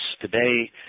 today